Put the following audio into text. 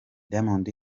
diamond